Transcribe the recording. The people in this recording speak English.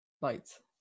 lights